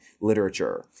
literature